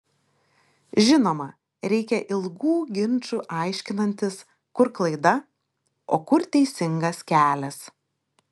žinoma reikia ilgų ginčų aiškinantis kur klaida o kur teisingas kelias